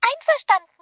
Einverstanden